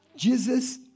Jesus